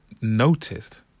noticed